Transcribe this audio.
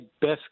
best